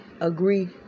agree